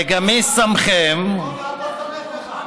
וגם מי שמכם, רוב העם לא תומך בך.